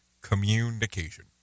communication